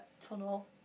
tunnel